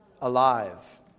alive